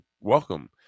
Welcome